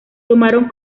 tomaron